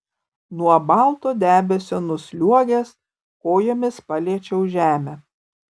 nuo balto debesio nusliuogęs kojomis paliečiau žemę